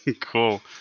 Cool